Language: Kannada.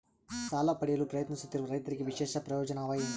ಸಾಲ ಪಡೆಯಲು ಪ್ರಯತ್ನಿಸುತ್ತಿರುವ ರೈತರಿಗೆ ವಿಶೇಷ ಪ್ರಯೋಜನ ಅವ ಏನ್ರಿ?